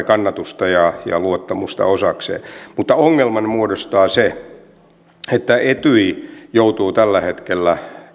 kannatusta ja ja luottamusta osakseen mutta ongelman muodostaa se että etyj joutuu tällä hetkellä